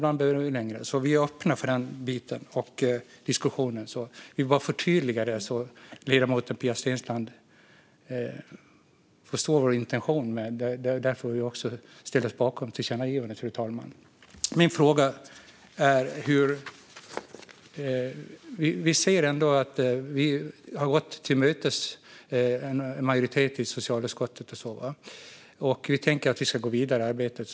Ibland behöver den vara längre. Vi är öppna för den biten och för diskussionen. Jag vill bara förtydliga det, så att ledamoten Pia Steensland förstår vår intention. Det är därför vi också ställer oss bakom tillkännagivandet, fru talman. Vi ser ändå att vi har gått en majoritet i socialutskottet till mötes, och vi tänker att vi ska gå vidare i arbetet.